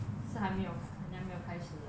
是还没有没有开始的啦